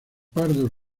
pardos